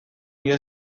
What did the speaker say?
mila